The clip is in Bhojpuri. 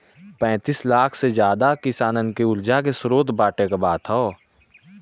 पैंतीस लाख से जादा किसानन के उर्जा के स्रोत बाँटे क बात ह